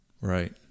Right